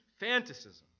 fantasism